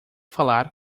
falar